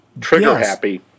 trigger-happy